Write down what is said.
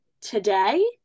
today